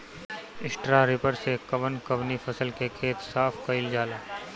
Straw reaper से कवन कवनी फसल के खेत साफ कयील जाला?